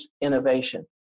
innovation